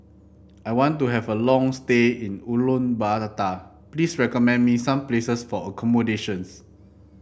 I want to have a long stay in Ulaanbaatar please recommend me some places for accommodations